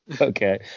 Okay